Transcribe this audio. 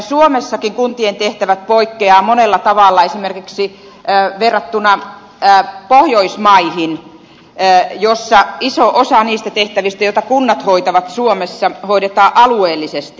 suomessakin kuntien tehtävät poikkeavat monella tavalla esimerkiksi verrattuna pohjoismaihin joissa iso osa niistä tehtävistä joita kunnat hoitavat suomessa hoidetaan alueellisesti